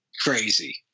crazy